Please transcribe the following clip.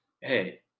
hey